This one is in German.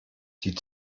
die